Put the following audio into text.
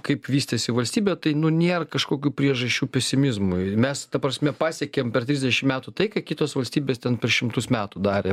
kaip vystėsi valstybė tai nėr kažkokių priežasčių pesimizmui mes ta prasme pasiekėm per trisdešim metų tai ką kitos valstybės ten per šimtus metų darė